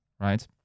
right